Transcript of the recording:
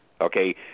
okay